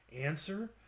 Answer